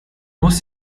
muss